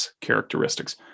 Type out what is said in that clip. characteristics